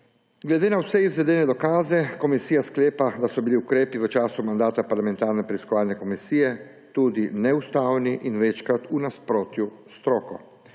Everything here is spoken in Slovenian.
Glede na vse izvedene dokaze komisija sklepa, da so bili ukrepi v času mandata parlamentarne preiskovalne komisije tudi neustavni in večkrat v nasprotju s stroko.